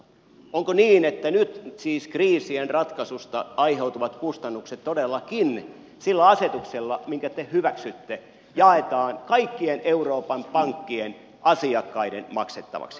onko niin että nyt siis kriisien ratkaisusta aiheutuvat kustannukset todellakin sillä asetuksella jonka te hyväksytte jaetaan kaikkien euroopan pankkien asiakkaiden maksettavaksi